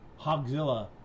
Hogzilla